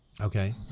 Okay